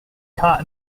caught